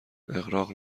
اغراق